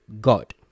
God